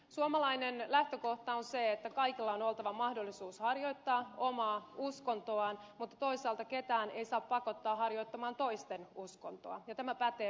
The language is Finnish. suomalainen lähtökohta on se että kaikilla on oltava mahdollisuus harjoittaa omaa uskontoaan mutta toisaalta ketään ei saa pakottaa harjoittamaan toisten uskontoa ja tämä pätee myös koulupäivään